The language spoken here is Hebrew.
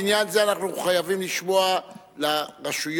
בעניין זה אנחנו מחויבים לשמוע לרשויות